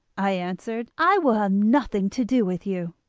i answered, i will have nothing to do with you.